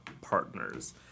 partners